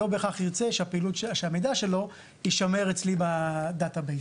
לא בהכרח ירצה שהמידע שלו יישמר אצלי במאגר המידע.